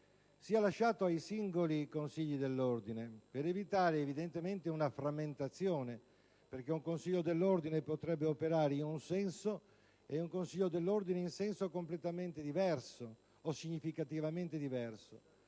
sia affidato ai singoli Consigli dell'Ordine, per evitare, evidentemente, una frammentazione. Infatti, un Consiglio dell'Ordine potrebbe operare in un senso e un altro in senso completamente diverso o significativamente diverso.